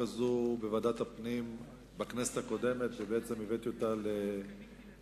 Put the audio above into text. הזו בוועדת הפנים בכנסת הקודמת ובעצם הבאתי אותה לחקיקה.